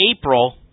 April